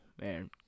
man